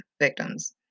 victims